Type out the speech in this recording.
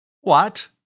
What